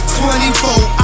24